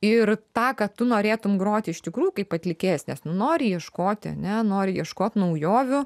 ir tą ką tu norėtum groti iš tikrų kaip atlikėjas nes nu nori ieškoti ane nori ieškot naujovių